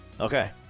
Okay